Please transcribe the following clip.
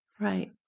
Right